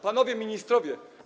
Panowie Ministrowie!